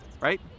right